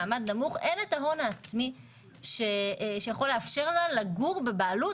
מעמד נמוך אין היום את ההון העצמי שיכול לאפשר לגור בבעלות